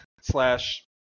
slash